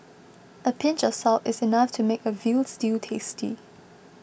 a pinch of salt is enough to make a Veal Stew tasty